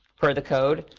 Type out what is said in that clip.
per the code,